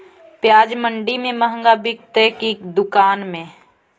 प्याज मंडि में मँहगा बिकते कि दुकान में?